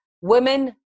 women